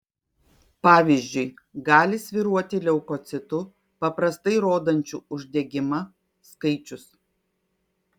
pavyzdžiui gali svyruoti leukocitų paprastai rodančių uždegimą skaičius